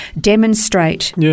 demonstrate